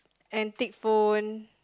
antique phone